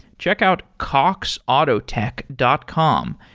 check out coxautotech dot com.